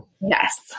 Yes